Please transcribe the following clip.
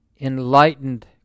enlightened